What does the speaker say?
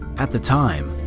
at the time,